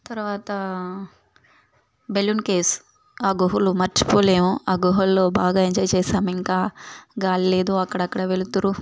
తర్వాత బెలుమ్ కేవ్స్ ఆ గుహలు మర్చిపోలేము ఆ గుహల్లో బాగా ఎంజాయ్ చేసాము ఇంకా గాలి లేదు అక్కడక్కడ వెలుతురు